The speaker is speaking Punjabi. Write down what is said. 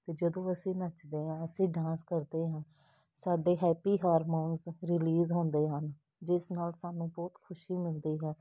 ਜਦੋਂ ਅਸੀਂ ਨੱਚਦੇ ਹਾਂ ਅਸੀਂ ਡਾਂਸ ਕਰਦੇ ਹਾਂ ਸਾਡੇ ਹੈਪੀ ਹਾਰਮੋਨਸ ਰਿਲੀਜ਼ ਹੁੰਦੇ ਹਨ ਜਿਸ ਨਾਲ ਸਾਨੂੰ ਬਹੁਤ ਖੁਸ਼ੀ ਮਿਲਦੀ ਹੈ